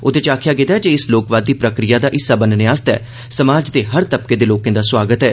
ओदे च आखेआ गेदा ऐ जे इस लोकवादी प्रक्रिया दा हिस्सा बनने आस्तै समाज दे हर तबके दे लोकें दा सोआगत ऐ